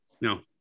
no